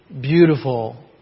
beautiful